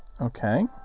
Okay